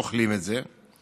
"אוכלים את זה",